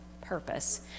purpose